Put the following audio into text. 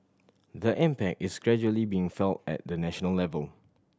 the impact is gradually being felt at the national level